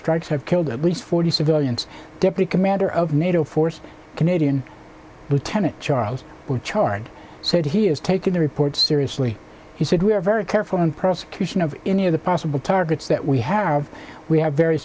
strikes have killed at least forty civilians deputy commander of nato forces canadian lieutenant charles were charged said he is taking the report seriously he said we are very careful in prosecution of any of the possible targets that we have we have very